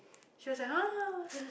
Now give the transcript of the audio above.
she was like !huh!